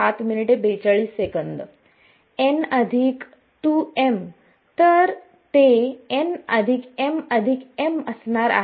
n2m तर ते n m m असणार आहे